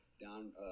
down